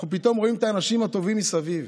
אנחנו פתאום רואים את האנשים הטובים מסביב.